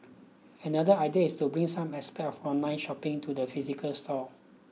another idea is to bring some aspect of online shopping to the physical stores